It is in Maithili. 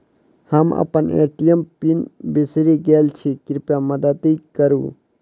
हम अप्पन ए.टी.एम पीन बिसरि गेल छी कृपया मददि करू